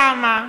למה?